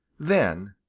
then,